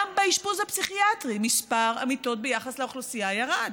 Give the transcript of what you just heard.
גם באשפוז הפסיכיאטרי מספר המיטות ביחס לאוכלוסייה ירד.